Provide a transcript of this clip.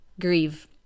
Grieve